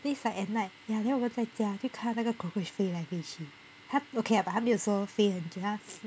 then it's like at night ya then 我们在家就看到那个 cockroach 飞来飞去它 okay lah 它没有说飞很久它